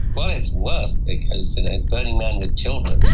well it's worse, because burning man with children.